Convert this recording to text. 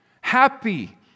happy